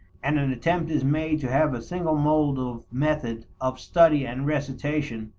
and an attempt is made to have a single mold of method of study and recitation,